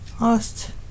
asked